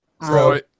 Right